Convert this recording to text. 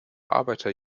arbeiter